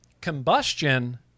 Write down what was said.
Combustion